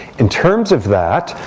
in terms of that,